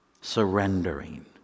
Surrendering